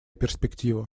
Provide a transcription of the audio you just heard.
перспектива